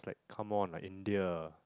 come on like India